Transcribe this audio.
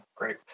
Great